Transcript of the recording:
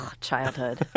Childhood